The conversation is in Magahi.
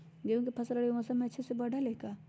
गेंहू के फ़सल रबी मौसम में अच्छे से बढ़ हई का?